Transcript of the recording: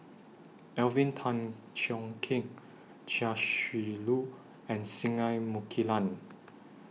Alvin Tan Cheong Kheng Chia Shi Lu and Singai Mukilan